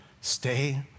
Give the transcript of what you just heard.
Stay